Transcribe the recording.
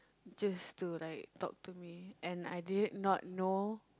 just to like talk to me and I did not know